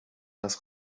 das